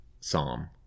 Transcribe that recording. psalm